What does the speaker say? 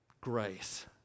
grace